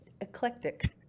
eclectic